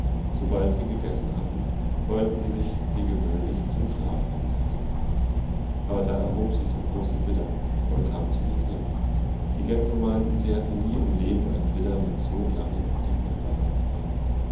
daßirgendwelchegefahrvorliege sobaldsie gegessen hatten wollten sie sich wie gewöhnlich zum schlafen hinsetzen aber da erhob sich der große widder und kam zu ihnen hin die gänse meinten sie hätten nie im leben einen widder mit so langen und dicken hörnern gesehen